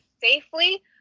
safely